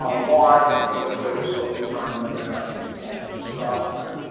ah why? because they were so determined and nothing was going to stop them.